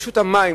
כשרשות המים,